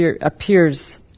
appears